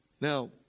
Now